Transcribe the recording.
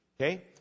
Okay